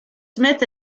smith